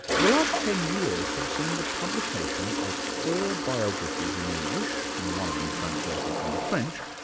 the last ten years have seen the publication of four biographies in english, one of them translated from the french,